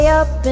up